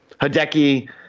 Hideki